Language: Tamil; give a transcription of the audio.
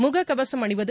முகக்கவசம் அணிவது